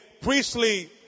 priestly